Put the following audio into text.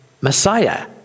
Messiah